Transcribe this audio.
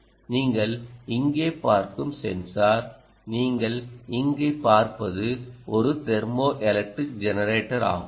நீங்கள் இங்கே பார்க்கும் சென்சார் நீங்கள் இங்கு பார்ப்பது ஒரு தெர்மோஎலக்ட்ரிக் ஜெனரேட்டர் ஆகும்